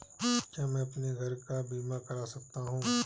क्या मैं अपने घर का बीमा करा सकता हूँ?